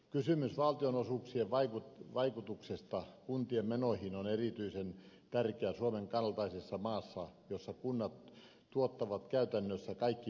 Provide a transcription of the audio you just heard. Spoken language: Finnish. kysymys valtionosuuksien vaikutuksesta kuntien menoihin on erityisen tärkeä suomen kaltaisessa maassa jossa kunnat tuottavat käytännössä kaikki peruspalvelut